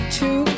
two